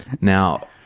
Now